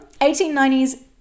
1890s